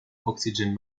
oxygen